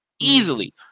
easily